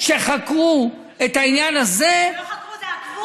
זה לא מדאיג אותך?